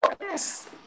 Yes